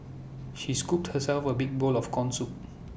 she scooped herself A big bowl of Corn Soup